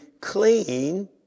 clean